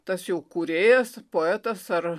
tas jau kūrėjas poetas ar